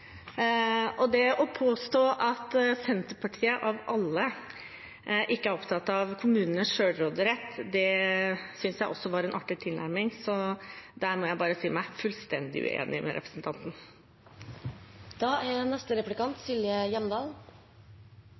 der. Det å påstå at Senterpartiet – av alle – ikke er opptatt av kommunenes selvråderett, syntes jeg også var en artig tilnærming. Der må jeg bare si meg fullstendig uenig med representanten. Det er